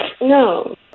No